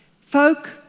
Folk